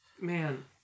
man